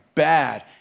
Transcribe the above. bad